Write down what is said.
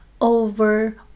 over